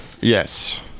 yes